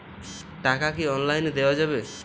টাকা কি অনলাইনে দেওয়া যাবে?